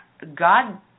God